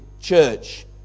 church